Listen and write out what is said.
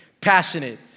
passionate